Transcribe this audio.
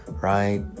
Right